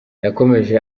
yakomeje